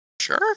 Sure